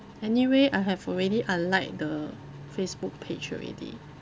anyway I have already unlike the facebook page already